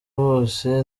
wose